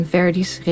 Verdi's